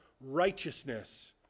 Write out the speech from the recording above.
righteousness